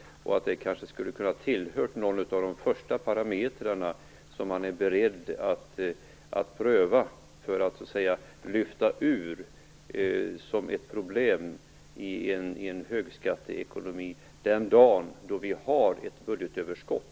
Det hade kanske kunnat tillhöra någon av de första parametrarna som man är beredd att pröva för att lyfta ur ett problem i en högskatteekonomi den dag då vi har budgetöverskott.